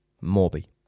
Morbi